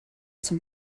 zum